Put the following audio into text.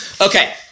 Okay